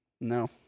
No